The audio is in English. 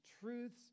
truths